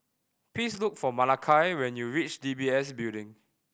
please look for Malakai when you reach D B S Building